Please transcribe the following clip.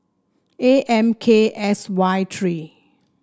A M K S Y three